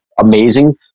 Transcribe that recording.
amazing